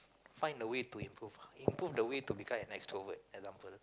find a way to improve improve the way to become an extrovert for example